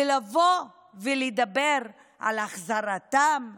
ולבוא ולדבר על החזרתם לשם?